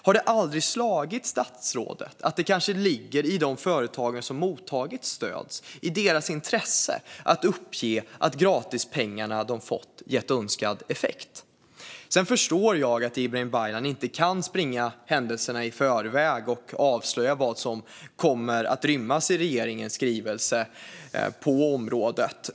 Har det aldrig slagit statsrådet att det kanske ligger i dessa företags - de företag som mottagit stöd - intresse att uppge att gratispengarna de fått gett önskad effekt? Sedan förstår jag att Ibrahim Baylan inte kan springa händelserna i förväg och avslöja vad som kommer att rymmas i regeringens skrivelse på området.